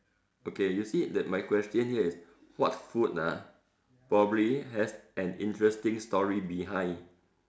okay you see that my question here is what food ah probably has an interesting story behind